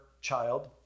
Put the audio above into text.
child